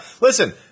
Listen